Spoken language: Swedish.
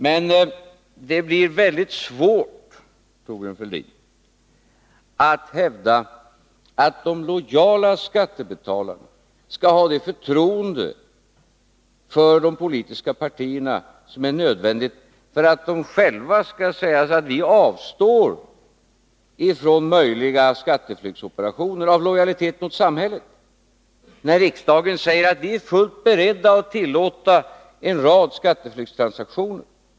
Men det blir väldigt svårt, Thorbjörn Fälldin, att hävda att de lojala skattebetalarna skall ha det förtroende för de politiska partierna som är nödvändigt för att de själva skall säga sig att de avstår från möjliga skatteflyktsoperationer i lojalitet mot samhället, när riksdagen säger: Vi är fullt beredda att tillåta en rad skatteflyktstransaktioner.